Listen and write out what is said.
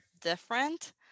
different